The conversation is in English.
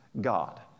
God